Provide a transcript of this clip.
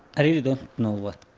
i really don't know what